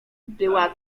była